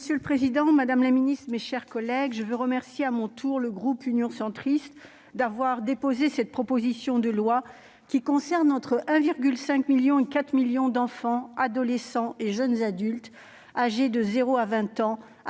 Monsieur le président, madame la secrétaire d'État, mes chers collègues, je remercie à mon tour le groupe Union Centriste d'avoir déposé cette proposition de loi, qui concerne entre 1,5 million et 4 millions d'enfants, d'adolescents et de jeunes adultes âgés de quelques